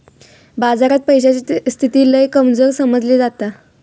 बाजारात पैशाची स्थिती लय कमजोर समजली जाता